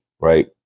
right